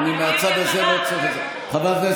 אני מהצד הזה לא צריך, חברת